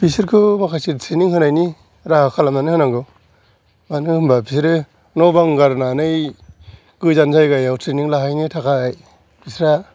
बिसोरखौ माखासे ट्रेनिं होनायनि राहा खालामनानै होनांगौ मानो होनबा बिसोरो न' बां गारनानै गोजान जायगायाव ट्रेनिं लाहैनो थाखाय बिसोरहा